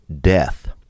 Death